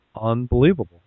unbelievable